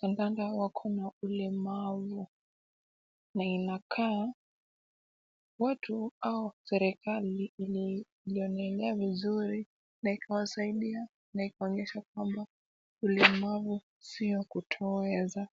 kandakanda wako na ulemavu, na inakaa watu au serikali ilijionelea vizuri, na ikawasaidia, na ikaonyesha kwamba ulemavu sio kutoweza.